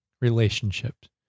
relationships